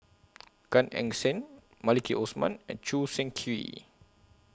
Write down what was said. Gan Eng Seng Maliki Osman and Choo Seng Quee